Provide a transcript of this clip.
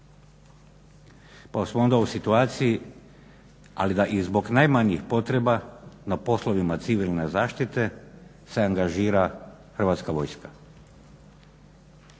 Pa smo onda u situaciji ali da i zbog najmanjih potreba na poslovima civilne zaštite sa angažira Hrvatska vojska.